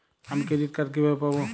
আমি credit card কিভাবে পাবো?